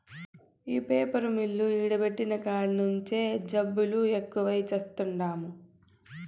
ఈ paper mill ఈడ పెట్టిన కాడి నుంచే జబ్బులు ఎక్కువై చత్తన్నాము